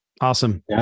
Awesome